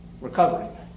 recovering